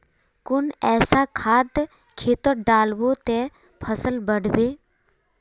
कुन ऐसा खाद खेतोत डालबो ते फसल बढ़बे?